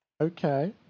okay